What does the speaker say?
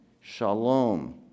shalom